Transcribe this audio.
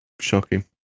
Shocking